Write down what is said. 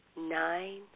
nine